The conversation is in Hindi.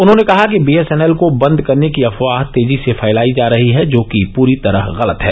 उन्होंने कहा कि बीएसएनएल को बन्द करने की अफवाह तेजी से फैलाई जा रही है जो कि पूरी तरह गलत है